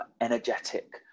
energetic